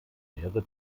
mehrere